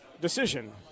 decision